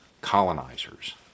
colonizers